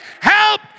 Help